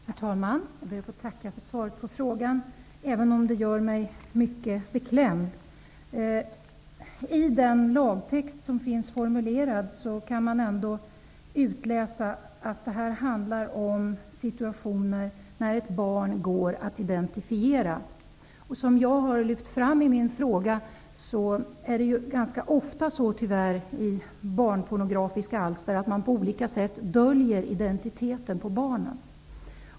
Herr talman! Jag ber att få tacka för svaret på frågan, även om det gör mig mycket beklämd. I den lagtext som finns formulerad kan man ändå utläsa att det här handlar om situationer där ett barn går att identifiera. Som jag har lyft fram i min fråga är det ganska ofta tyvärr så i barnpornografiska alster att man på olika sätt döljer identiteten på barnet.